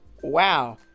Wow